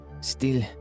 Still